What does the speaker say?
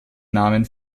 namen